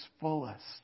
fullest